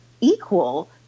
equal